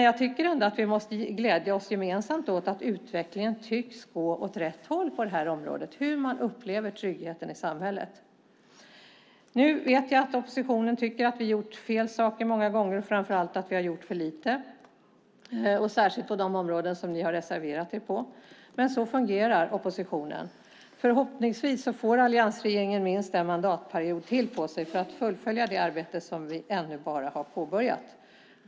Jag tycker ändå att vi gemensamt måste glädja oss åt att utvecklingen tycks gå åt rätt håll när det gäller hur man upplever tryggheten i samhället. Jag vet att oppositionen tycker att vi många gånger har gjort fel saker och framför allt att vi har gjort för lite, särskilt på de områden där ni har reserverat er. Men så fungerar oppositionen. Förhoppningsvis får alliansregeringen minst en mandatperiod till för att fullfölja det arbete som man ännu bara har påbörjat.